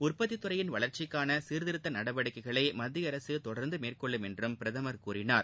உற்பத்தித் துறையின் வளர்ச்சிக்கான சீர்திருத்த நடவடிக்கைகளை மத்திய அரசு தொடர்ந்து மேற்கொள்ளும் என்று பிரதமர் கூறினார்